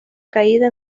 caída